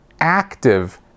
active